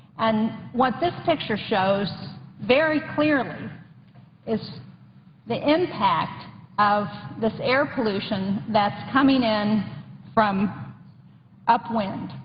and what this picture shows very clearly is the impact of this air pollution that's coming in from upwind.